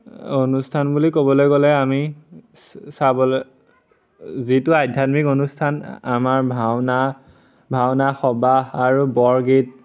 অনুষ্ঠান বুলি ক'বলৈ গ'লে আমি চাবলে যিটো আধ্যাত্মিক অনুষ্ঠান আমাৰ ভাওনা ভাওনা সবাহ আৰু বৰগীত